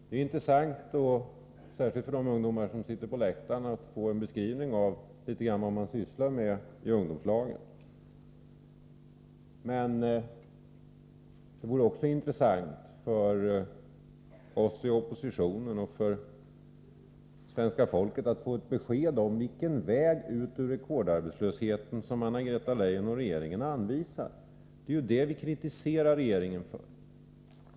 Det är intressant, särskilt för de ungdomar som sitter på läktaren, att få en beskrivning av litet grand av vad man sysslar med i ungdomslagen, men det vore också intressant för oss i oppositionen och för svenska folket att få ett besked om vilken väg ut ur rekordarbetslösheten som Anna-Greta Leijon och regeringen anvisar. Det är ju på den punkten vi kritiserar regeringen.